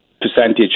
percentage